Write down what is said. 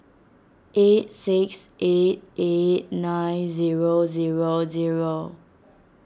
eight six eight eight nine zero zero zero